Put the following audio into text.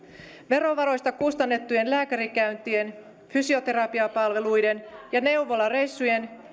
verovaroista kustannettujen lääkärikäyntien fysioterapiapalveluiden ja neuvolareissujen